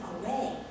away